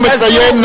הוא עכשיו מסיים.